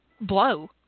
blow